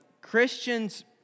Christians